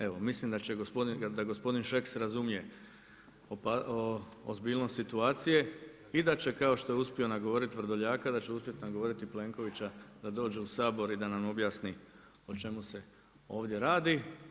Evo mislim da će gospodin, da gospodin Šeks razumije ozbiljnost situacije i da će kao što je uspio nagovoriti Vrdoljaka, da će uspjeti nagovoriti i Plenkovića da dođe u Sabor i da nam objasni o čemu se ovdje radi.